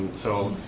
so,